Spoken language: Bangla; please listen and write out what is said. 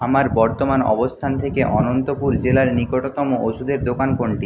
আমার বর্তমান অবস্থান থেকে অনন্তপুর জেলার নিকটতম ওষুধের দোকান কোনটি